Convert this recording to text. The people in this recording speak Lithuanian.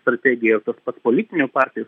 strategiją ir tas pats politinių partijų